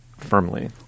firmly